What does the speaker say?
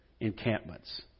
encampments